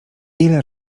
ile